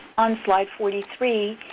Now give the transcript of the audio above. on slide forty three,